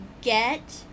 get